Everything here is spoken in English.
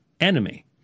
enemy